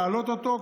להעלות אותו,